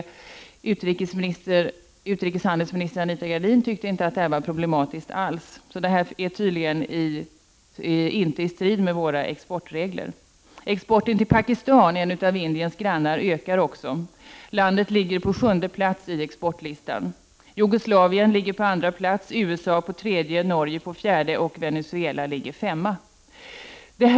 Utrikeshandelsminister Anita Gradin tyckte inte alls att detta var problematiskt. Det här är tydligen inte i strid med våra exportregler. Exporten till Pakistan, en av Indiens grannar, ökar också. Landet ligger på sjunde plats på exportlistan. Jugoslavien ligger på andra plats, USA på tredje, Norge på fjärde och Venezuela på femte plats.